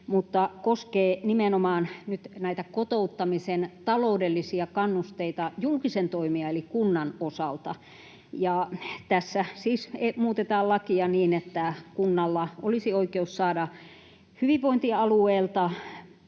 mutta koskee nimenomaan nyt näitä kotouttamisen taloudellisia kannusteita julkisen toimijan eli kunnan osalta. Tässä siis muutetaan lakia niin, että kunnalla olisi oikeus saada hyvinvointialueelta